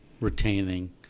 retaining